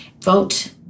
vote